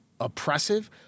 oppressive